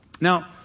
Now